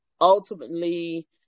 ultimately